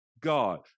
God